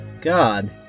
God